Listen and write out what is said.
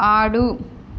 ఆడు